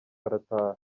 arataha